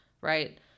right